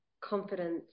confidence